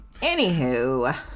Anywho